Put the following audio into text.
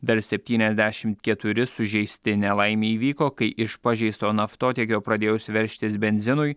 dar septyniasdešimt keturi sužeisti nelaimė įvyko kai iš pažeisto naftotiekio pradėjus veržtis benzinui